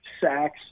sacks